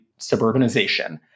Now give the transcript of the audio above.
suburbanization